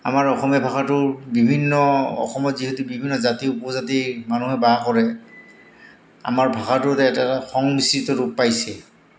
আমাৰ অসমীয়া ভাষাটোৰ বিভিন্ন অসমত যিহেতু বিভিন্ন জাতি উপজাতি মানুহে বাস কৰে আমাৰ ভাষাটো এ এটা টা সংমিশ্ৰিত ৰূপ পাইছে